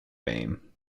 fame